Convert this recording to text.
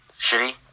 Shitty